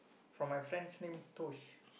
from my friend's name Tosh